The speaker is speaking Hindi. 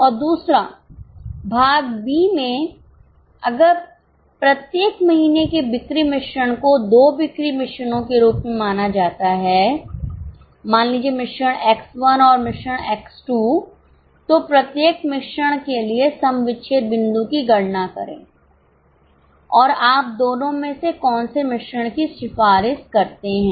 और दूसरा भाग बी में अगर प्रत्येक महीने के बिक्री मिश्रण को दो बिक्री मिश्रणों के रूप में माना जाता है मान लीजिए मिश्रण X 1 और मिश्रण X 2 तो प्रत्येक मिश्रण के लिए सम विच्छेद बिंदु की गणना करें और आप दोनों में से कौन से मिश्रण की सिफारिश करते हैं